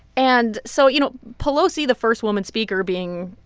and so, you know, pelosi, the first woman speaker being,